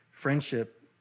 Friendship